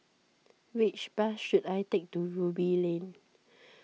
which bus should I take to Ruby Lane